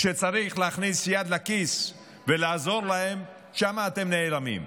כשצריך להכניס יד לכיס ולעזור להם, שם אתם נעלמים.